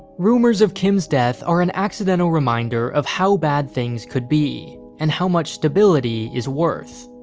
rumors of kim's death are an accidental reminder of how bad things could be, and how much stability is worth.